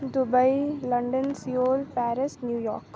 Dubai London Seoul Paris New York